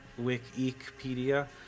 wikipedia